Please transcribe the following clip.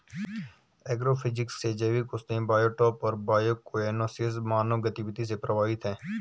agrophysics से जैविक वस्तुएं बायोटॉप और बायोकोएनोसिस मानव गतिविधि से प्रभावित हैं